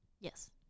Yes